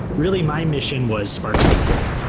really my mission was sparksql.